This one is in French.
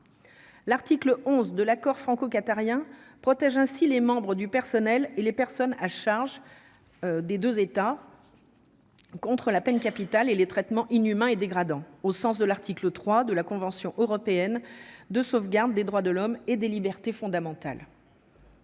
L'article 11 de l'accord franco-qatarien protège ainsi les membres du personnel et les personnes à charge des 2 États. Contre la peine capitale et les traitements inhumains et dégradants au sens de l'article 3 de la Convention européenne de sauvegarde des droits de l'homme et des libertés fondamentales.